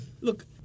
Look